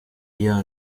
yeah